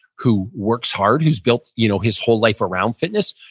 who works hard, who's built you know his whole life around fitness,